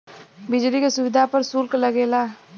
बिजली क सुविधा पर सुल्क लगेला